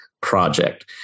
project